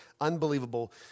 unbelievable